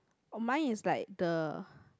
oh mine is like the